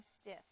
stiff